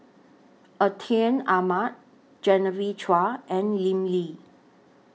Atin Amat Genevieve Chua and Lim Lee